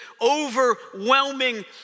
overwhelming